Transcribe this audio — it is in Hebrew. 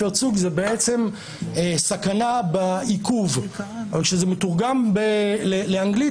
האומר סכנה בעיכוב אבל כשזה מתורגם לאנגלית,